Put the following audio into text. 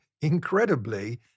incredibly